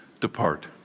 depart